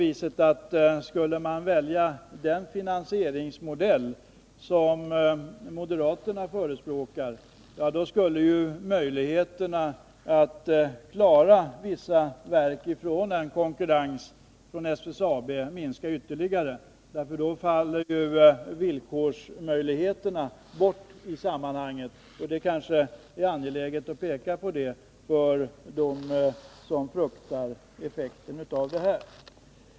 Men valde man den finansieringsmodell som moderaterna förespråkar, då skulle möjligheterna att klara vissa verk från en konkurrens med SSAB minska ytterligare. Då faller villkorsmöjligheterna bort i sammanhanget, och det är kanske angeläget att framhålla det för dem som fruktar effekten av denna satsning.